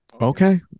Okay